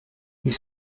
ils